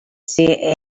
say